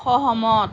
সহমত